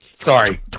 Sorry